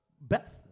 Beth